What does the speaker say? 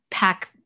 Pack